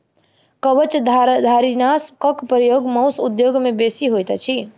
कवचधारीनाशकक प्रयोग मौस उद्योग मे बेसी होइत अछि